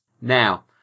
now